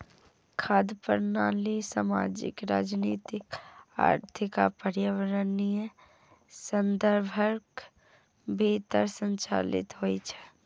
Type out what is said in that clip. खाद्य प्रणाली सामाजिक, राजनीतिक, आर्थिक आ पर्यावरणीय संदर्भक भीतर संचालित होइ छै